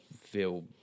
feel